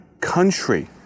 country